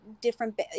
different